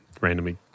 randomly